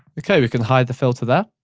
okay, we can hide the filter there.